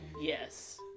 Yes